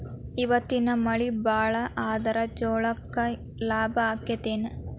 ಇವತ್ತಿನ ಮಳಿ ಭಾಳ ಆದರ ಗೊಂಜಾಳಕ್ಕ ಲಾಭ ಆಕ್ಕೆತಿ ಏನ್?